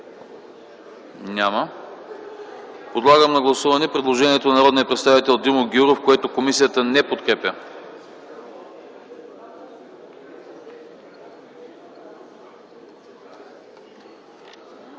Няма. Поставям на гласуване предложението на народния представител Димо Гяуров, което комисията не подкрепя.